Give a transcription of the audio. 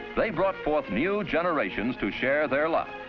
they brought forth new generations to share their luck.